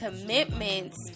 commitments